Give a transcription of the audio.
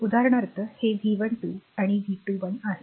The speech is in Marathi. उदाहरणार्थ हे V12 आणि V21 आहे